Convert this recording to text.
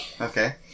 Okay